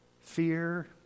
fear